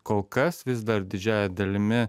kol kas vis dar didžiąja dalimi